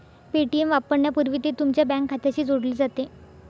Paytm वापरण्यापूर्वी ते तुमच्या बँक खात्याशी जोडले जाते